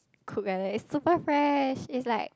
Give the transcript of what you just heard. cook like that it's super fresh it's like